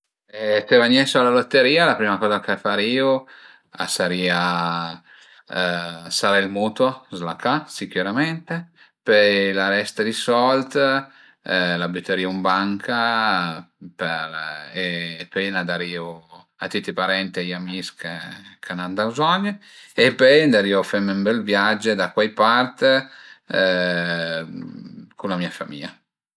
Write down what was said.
Se vagnese a la lotteria la prima coza che farìu a sarìa saré ël mutuo s'la ca sicürament, pöi la resta di sold la bütarìu ën banca per e pöi ën darìu a tüti i parent e amis che ën an da bëzogn e pöi andarìu feme ën bel viage da cuai part cun la mia famìa